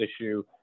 issue